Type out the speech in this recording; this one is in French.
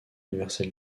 universel